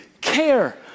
care